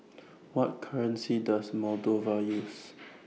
What currency Does Moldova use